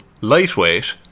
Lightweight